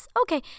okay